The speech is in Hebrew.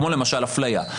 כמו למשל אפליה,